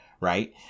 right